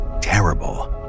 terrible